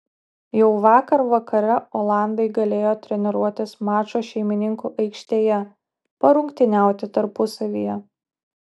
jau vakar vakare olandai galėjo treniruotis mačo šeimininkų aikštėje parungtyniauti tarpusavyje